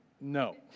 No